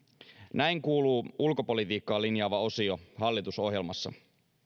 näin kuuluu ulkopolitiikkaa linjaava osio hallitusohjelmassa